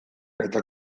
eta